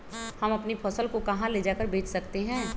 हम अपनी फसल को कहां ले जाकर बेच सकते हैं?